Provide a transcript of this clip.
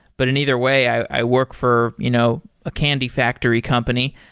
but in either way, i work for you know a candy factory company.